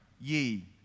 ye